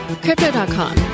Crypto.com